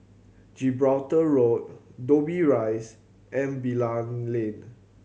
Gibraltar Road Dobbie Rise and Bilal Lane